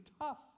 tough